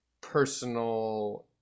personal